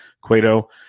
Cueto